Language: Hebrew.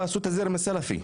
ועשו את הזרם הסלפי,